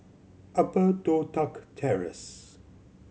Upper Toh Tuck Terrace